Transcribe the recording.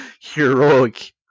heroic